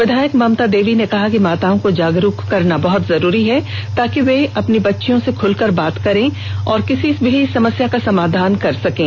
विधायक ममता देवी ने कहा कि माताओं को जागरूक करना बहत जरूरी है ताकि वे अपने बच्चियों से खुलकर बाते कर किसी भी समस्या का समाधान कर सकें